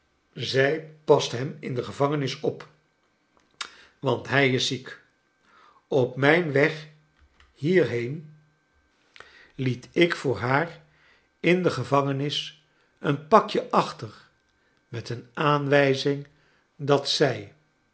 zij past liem in de gevangenis op want hij is ziek op mijn weg ik voor liaar in de gevangenis eea pakje achter met een aan wij zing dat zij